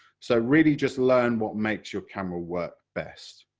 so really just learn what makes your camera work best.